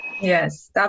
Yes